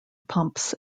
pumps